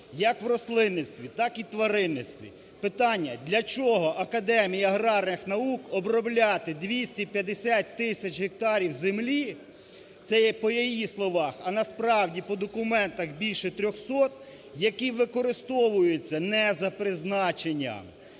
як в рослинництві, так і тваринництві. Питання, для чого Академії аграрних наук обробляти 250 тисяч гектарів землі, це є по її словах, а насправді по документах більше 300, які використовуються не за призначенням.